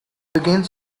begins